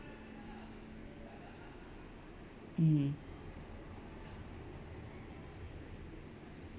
mm